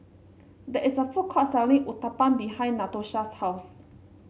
there is a food court selling Uthapam behind Natosha's house